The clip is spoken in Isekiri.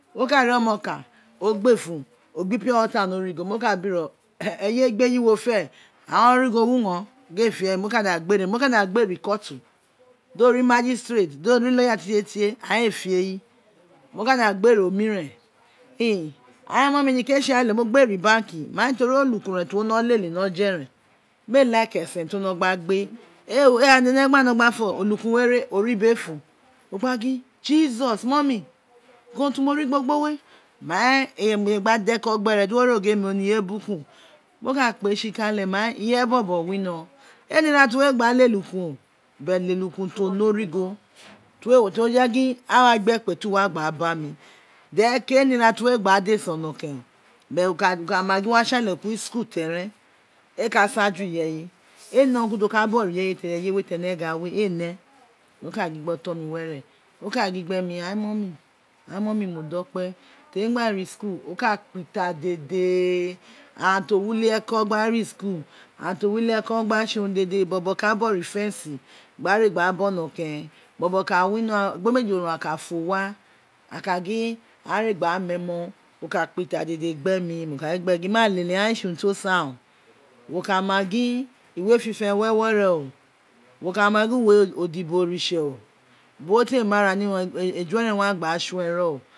Oka ri oma okuen o gba efin o gbe pure water ni gho mi ka bino eye egbe eyiwe wo fe ain origho wun mo gin ee fe mo kada gbe re mo ka da ghe ri culti de ri magisatrate do ri laweyer tei tie tei ain ei fe eyi wo ka da gbe re omiren in ain mummy niko re tse ale mo gbe re ibanki mai teri elukin re ti wo wino lele ni ojoren mee like esen ti wo wino gba gbe e o ina ti ene wino gba fe oluku wed re ori bi efun o wun o gba fin jesus ma muy gho wroun ti mo ri gbogbo we main emi gba da eko gbe re di wo ro gi emi oniye buruku mo ka kpe ositale mai ineye bobo winogho ee ne ina ti wee gbaa lete ukan but lele ukun ti one erighe to je gin a wa gbe ekpetu wa gba ra mi then ke ee ne ina ti wee gba ra design onokeren but wo ka ma gin wo wa tsale kin school terlen ei ka se ju ireje ee ne urun ki urun ti o ka bogho ireye ni eye tene gha we ee ne mo ka gun gbe mi ain mummy mummy modokpe temi gna re school o ka kpita dede aghan ti o wi wjieko gba re school aghan ti o wi ulieko gba re school aghan to wi ulieko gba tse urun dede aghan bobo ka bogho ifensi gna re gba ra ba onokeren bobo ka wino egbelemeji orun aghan ka fo wa aghan ka gin aghan re gba ra mon emo o ka kpita dede gbe mi mo ka gin maa ule aghan eei tse urun ti o sani wo ka ma gin iwe fifen wi ewo re o wo ka ma gin uwo odibo oritse biri wo tw mu ara ni eju eren owun a gba ra tsue ren o